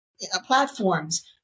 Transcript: platforms